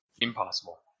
Impossible